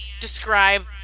describe